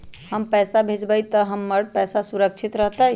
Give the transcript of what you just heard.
हम पैसा भेजबई तो हमर पैसा सुरक्षित रहतई?